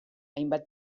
hainbat